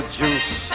juice